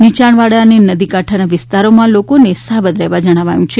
નીયાણવાળા અને નદી કાંઠાના વિસ્તારમાં લોકોને સાવધ રહેવા જણાવ્યું છે